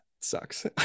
sucks